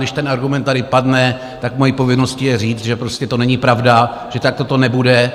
Když ten argument tady padne, tak mou povinností je říct, že prostě to není pravda, že takto to nebude.